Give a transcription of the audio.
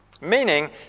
Meaning